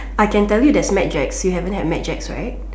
I can tell you there's Mad Jack you haven't had Mad Jack right